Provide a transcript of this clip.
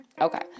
Okay